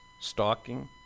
stalking